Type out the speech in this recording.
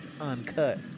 uncut